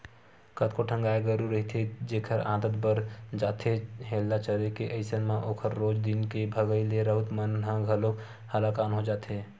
कतको ठन गाय गरु रहिथे जेखर आदत पर जाथे हेल्ला चरे के अइसन म ओखर रोज दिन के भगई ले राउत मन ह घलोक हलाकान हो जाथे